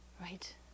right